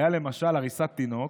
הייתה עריסת תינוק